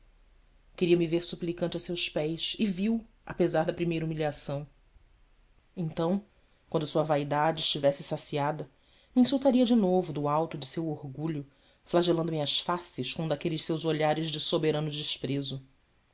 queria me ver suplicante a seus pés e vil apesar da primeira humilhação então quando sua vaidade estivesse saciada me insultaria de novo do alto de seu orgulho flagelando me as faces com um daqueles seus olhares de soberano desprezo